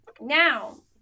now